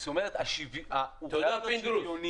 זאת אומרת, הוא חייב להיות שוויוני.